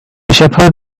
shepherd